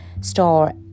store